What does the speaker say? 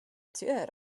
tea